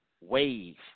wave